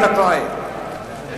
אתה טועה.